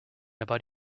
about